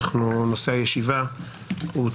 נושא הישיבה הוא,